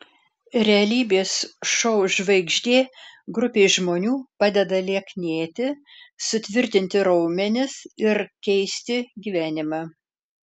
realybės šou žvaigždė grupei žmonių padeda lieknėti sutvirtinti raumenis ir keisti gyvenimą